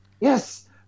Yes